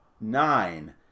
Nine